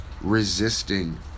Resisting